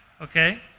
Okay